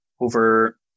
over